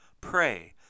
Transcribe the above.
pray